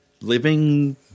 living